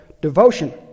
devotion